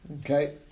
Okay